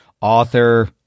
author